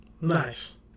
Nice